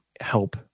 help